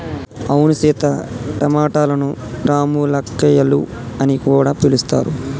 అవును సీత టమాటలను రామ్ములక్కాయాలు అని కూడా పిలుస్తారు